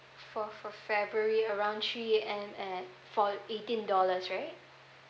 fourth of february around three A_M at for eighteen dollars right